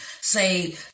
say